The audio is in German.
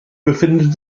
befindet